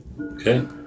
Okay